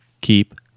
keep